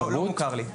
לא מוכר לי.